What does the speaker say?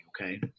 okay